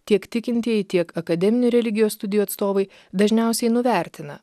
tiek tikintieji tiek akademinių religijos studijų atstovai dažniausiai nuvertina